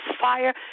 fire